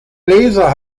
blazer